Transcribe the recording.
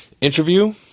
interview